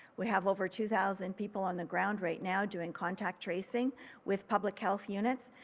we have over two thousand people on the ground right now doing contact tracing with public health units.